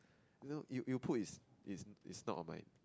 no it it would put its its snout on my